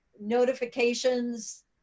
notifications